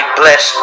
bless